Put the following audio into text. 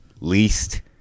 least